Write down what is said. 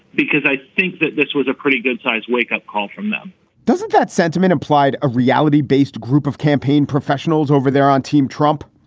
because i think that this was a pretty good sized wake up call from them doesn't that sentiment implied a reality based group of campaign professionals over there on team trump?